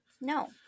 No